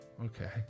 okay